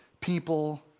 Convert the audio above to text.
people